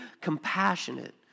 compassionate